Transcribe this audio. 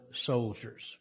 soldiers